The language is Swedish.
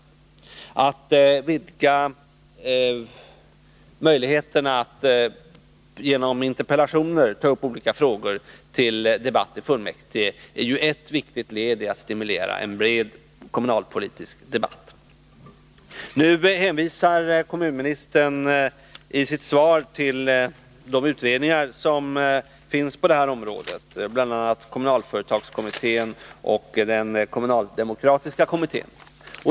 Ett vidgande av möjligheterna att genom interpellationer ta upp olika frågor till debatt i fullmäktige är ett viktigt led i arbetet att stimulera en bred kommunalpolitisk debatt. Nu hänvisar kommunministern i sitt svar till de utredningar som finns på detta område, bl.a. kommunalföretagskommittén och den kommunaldemokratiska kommittén.